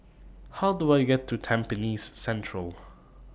How Do I get to Tampines Central